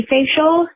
Facial